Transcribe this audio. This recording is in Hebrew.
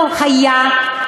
לא נכון.